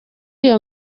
iyo